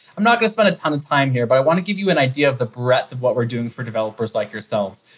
i'm not going to spend a ton of time here, but i want to give you an idea of the breadth of what we're doing for developers like yourselves.